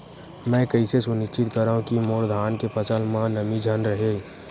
मैं कइसे सुनिश्चित करव कि मोर धान के फसल म नमी झन रहे?